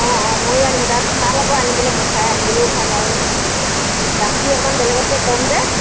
অঁ অঁ ময়ো আনিম তাত ভাল আকৌ আনিবলৈ মুঠাই আনিবলৈও ভাল আৰু দামটো অকণমান বেলেগতকৈ কম যে